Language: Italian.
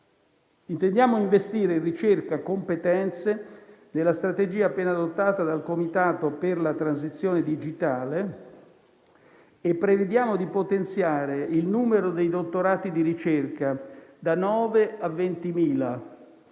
intendiamo investire in ricerca e competenze, nella strategia appena adottata dal Comitato interministeriale per la transizione digitale e prevediamo di potenziare il numero dei dottorati di ricerca da 9.000 a